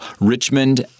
Richmond